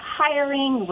hiring